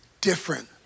different